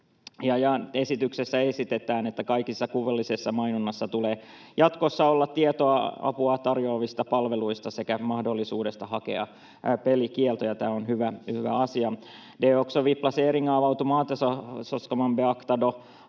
Esityksessä esitetään, että kaikessa kuvallisessa mainonnassa tulee jatkossa olla tietoa apua tarjoavista palveluista sekä mahdollisuudesta hakea pelikielto, ja tämä on hyvä asia.